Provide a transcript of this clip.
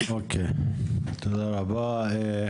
תודה רבה.